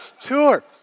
tour